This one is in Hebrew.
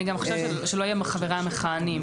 אני גם חושבת ש"לא יהיה מחבריה המכהנים",